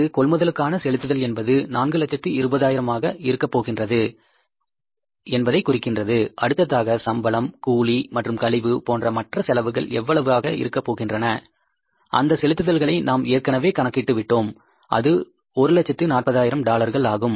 இது கொள்முதலுக்கான செலுத்துதல் என்பது 420000 ஆக இருக்கப் போகின்றது என்பதை குறிக்கின்றது அடுத்ததாக சம்பளம் கூலி மற்றும் கழிவு போன்ற மற்ற செலவுகள் எவ்வளவாக இருக்கப் போகின்றன அந்த செலுத்துதல்களை நாம் ஏற்கனவே கணக்கிட்டு விட்டோம் அது 140000 டாலர்களாகும்